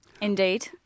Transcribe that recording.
Indeed